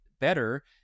better